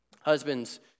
Husbands